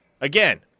Again